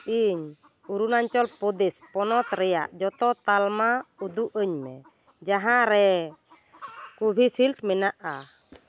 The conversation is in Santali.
ᱤᱧ ᱚᱨᱩᱱᱟᱪᱚᱞ ᱯᱨᱚᱫᱮᱹᱥ ᱯᱚᱱᱚᱛ ᱨᱮᱭᱟᱜ ᱡᱚᱛᱚ ᱛᱟᱞᱢᱟ ᱩᱫᱩᱜ ᱟᱹᱧ ᱢᱮ ᱡᱟᱦᱟᱸ ᱨᱮ ᱠᱳᱵᱷᱤᱥᱤᱞᱰ ᱢᱮᱱᱟᱜᱼᱟ